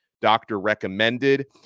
doctor-recommended